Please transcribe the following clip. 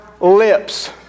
lips